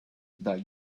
that